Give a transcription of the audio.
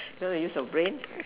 don't have to use your brain